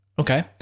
Okay